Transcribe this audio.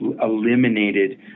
eliminated